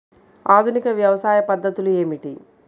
ఆధునిక వ్యవసాయ పద్ధతులు ఏమిటి?